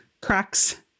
cracks